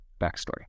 backstory